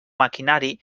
maquinari